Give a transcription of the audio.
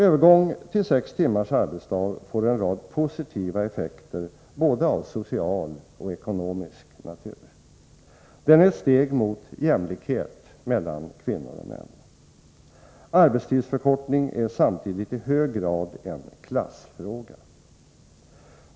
Övergång till sex timmars arbetsdag får en rad positiva effekter både av social och av ekonomisk natur. Den är ett steg mot jämlikhet mellan kvinnor och män. Arbetstidsförkortning är samtidigt i hög grad en klassfråga.